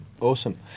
Awesome